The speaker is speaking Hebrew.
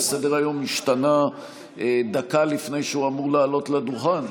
סדר-היום השתנה דקה לפני שהוא אמור לעלות לדוכן.